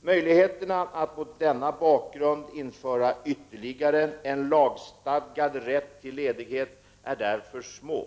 Möjligheterna att mot denna bakgrund införa ytterligare en lagstadgad rätt till ledighet är därför små.